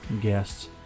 guests